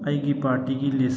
ꯑꯩꯒꯤ ꯄꯥꯔꯇꯤꯒꯤ ꯂꯤꯁ